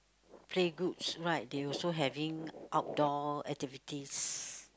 playgroups right they also having outdoor activities